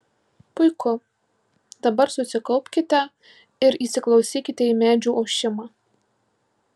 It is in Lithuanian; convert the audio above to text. puiku dabar susikaupkite ir įsiklausykite į medžių ošimą